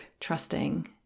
trusting